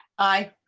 i.